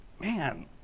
Man